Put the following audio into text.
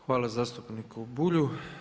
Hvala zastupniku Bulju.